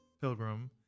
pilgrim